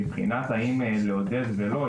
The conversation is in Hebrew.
מבחינת האם לעודד או לא,